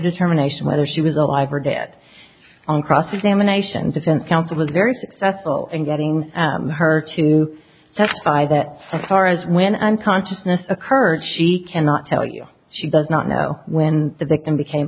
determination whether she was alive or dead on cross examination defense counsel was very successful in getting her to testify that the car is when unconsciousness occurred she cannot tell you she does not know when the victim became